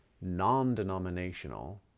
non-denominational